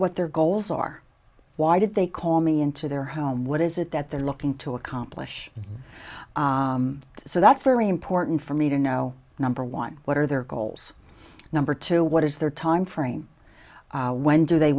what their goals are why did they call me into their home what is it that they're looking to accomplish so that's very important for me to know number one what are their goals number two what is their timeframe when do they